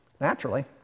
Naturally